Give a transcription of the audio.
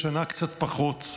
והשנה קצת פחות.